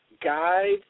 Guide